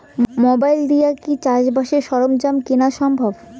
Mobile দিয়া কি চাষবাসের সরঞ্জাম কিনা সম্ভব?